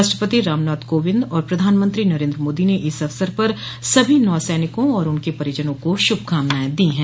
राष्ट्रपति रामनाथ कोविंद और प्रधानमंत्री नरेंद्र मोदी ने इस अवसर पर सभी नौसैनिकों और उनके परिजनों को शुभकामनाएं दी हैं